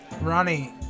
Ronnie